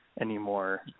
anymore